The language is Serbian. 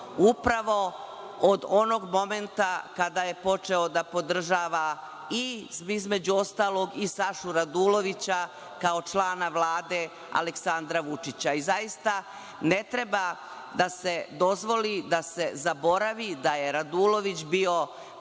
upravo od onog momenta kada je počeo da podržava i između ostalog i Sašu Radulovića kao člana Vlade Aleksandra Vučića. Zaista ne treba da se dozvoli da se zaboravi da je Radulović bio